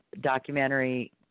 documentary